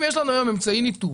אם יש לנו היום אמצעי ניטור,